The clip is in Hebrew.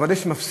אבל יש מפסיד,